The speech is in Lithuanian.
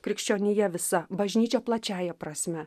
krikščionija visa bažnyčia plačiąja prasme